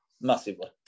massively